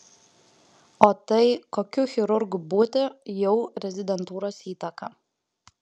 o tai kokiu chirurgu būti jau rezidentūros įtaka